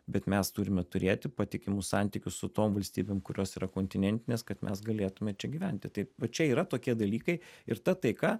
bet mes turime turėti patikimus santykius su tom valstybėm kurios yra kontinentinės kad mes galėtume čia gyventi taip va čia yra tokie dalykai ir ta taika